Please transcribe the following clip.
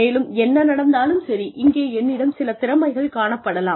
மேலும் என்ன நடந்தாலும் சரி இங்கே என்னிடம் சில திறமைகள் காணப்படலாம்